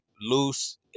loose